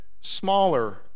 smaller